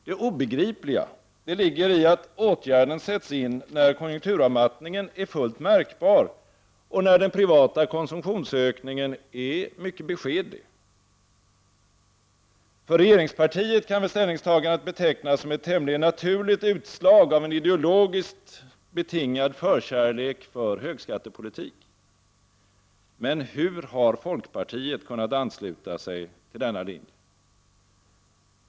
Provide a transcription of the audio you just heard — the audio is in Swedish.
Det obegripliga ligger i att åtgärden sätts in när konjunkturavmattningen redan är fullt märkbar och när den privata konsumtionsökningen är mycket beskedlig. För regeringspartiet kan ställningstagandet betecknas som ett tämligen naturligt utslag av en ideologiskt betingad förkärlek för högskattepolitik. Men hur har folkpartiet kunnat ansluta sig till denna linje?